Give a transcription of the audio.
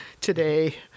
today